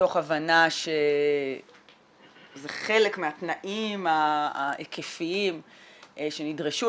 מתוך הבנה שזה חלק מהתנאים ההיקפיים שנדרשו,